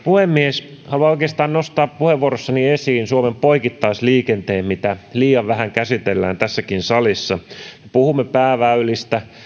puhemies haluan oikeastaan nostaa puheenvuorossani esiin suomen poikittaisliikenteen mitä liian vähän käsitellään tässäkin salissa me puhumme pääväylistä